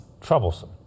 troublesome